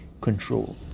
control